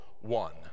one